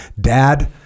Dad